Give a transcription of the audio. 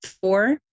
four